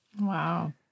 Wow